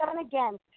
again